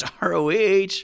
ROH